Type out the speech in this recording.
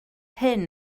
hyn